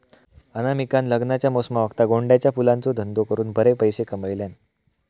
अनामिकान लग्नाच्या मोसमावक्ता गोंड्याच्या फुलांचो धंदो करून बरे पैशे कमयल्यान